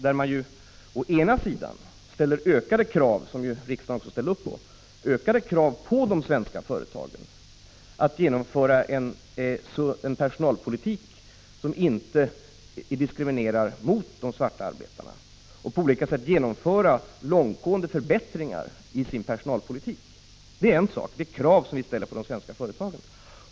Där ställdes å ena sidan ökade krav — något som riksdagen ställde upp på — på de svenska företagen att genomföra en personalpolitik som inte diskriminerar de svarta arbetarna och att på olika sätt genomföra långtgående förbättringar i sin personalpolitik. Det är en sak. Det är ett krav som vi ställer på svenska företag.